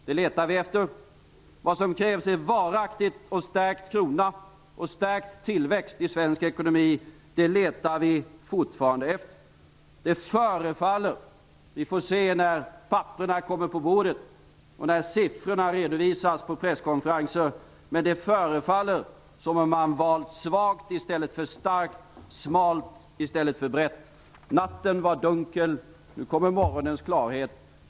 Det letar vi efter. Vad som krävs är varaktigt stärkt krona och stärkt tillväxt i svensk ekonomi. Det letar vi fortfarande efter. Det förefaller - vi får se när papperen kommer på bordet och när siffrorna redovisas på presskonferenser - som om man valt svagt i stället för starkt, smalt i stället för brett. Natten var dunkel. Nu kommer morgonens klarhet.